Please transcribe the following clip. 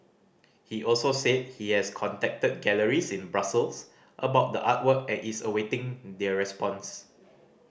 he also said he has contacted galleries in Brussels about the artwork and is awaiting their response